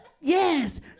yes